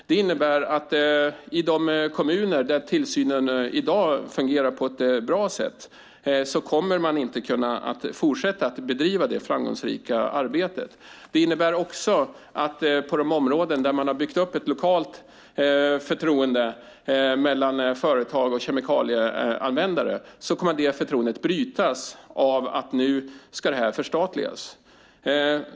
Det innebär att man i de kommuner där tillsynen i dag fungerar på ett bra sätt inte kommer att kunna fortsätta bedriva det framgångsrika arbetet. Det innebär också att på de områden där man har byggt upp ett lokalt förtroende mellan företag och kemikalieanvändare kommer detta förtroende att brytas på grund av att detta nu ska förstatligas.